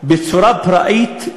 בצורה פראית,